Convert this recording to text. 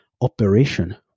operation